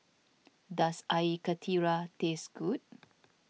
does Air Karthira taste good